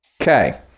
Okay